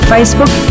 Facebook